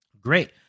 Great